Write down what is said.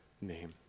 name